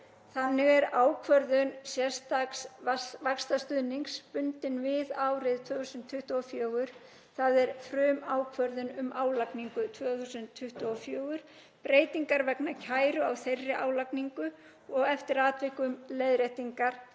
Þannig er ákvörðun sérstaks vaxtastuðnings bundin við árið 2024, þ.e. frumákvörðun við álagningu 2024, breytingar vegna kæru á þeirri álagningu og eftir atvikum leiðréttingar,